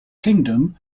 kingdom